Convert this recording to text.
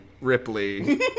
Ripley